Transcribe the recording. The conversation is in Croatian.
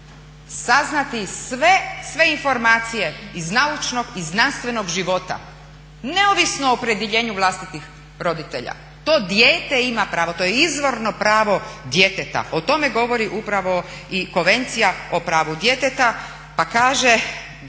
saznati sve informacije iz naučnog, iz znanstvenog života neovisno o opredjeljenju vlastitih roditelja, to dijete ima pravo, to je izvorno pravo djeteta. O tome govori upravo i Konvencija o pravu djeteta pa kaže